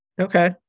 Okay